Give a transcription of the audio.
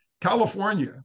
California